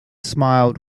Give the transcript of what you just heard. smiled